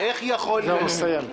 הוא מסיים.